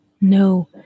No